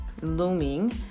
looming